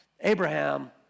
Abraham